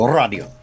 radio